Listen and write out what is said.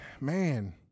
man